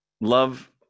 Love